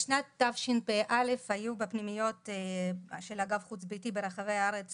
בשנת התשפ"א היו בפנימיות של אגף חוץ ביתי ברחבי הארץ